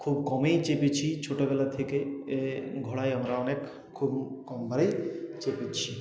খুব কমই চেপেছি ছোটোবেলা থেকে এ ঘোড়ায় আমরা অনেক খুব কম বারই চেপেছি